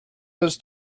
was